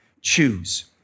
choose